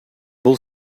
бул